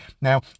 Now